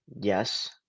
Yes